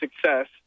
success